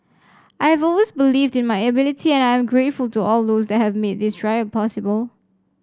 I have always believed in my ability and I am grateful to all those that have made this trial possible